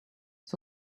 het